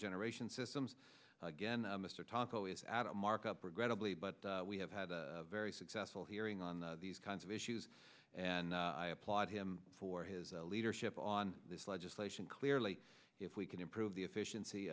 generation systems again mr taco is at a markup regrettably but we have had a very successful hearing on the these kinds of issues and i applaud him for his leadership on this legislation clearly if we can improve the efficiency